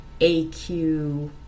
AQ